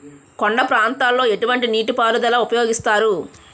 కొండ ప్రాంతాల్లో ఎటువంటి నీటి పారుదల ఉపయోగిస్తారు?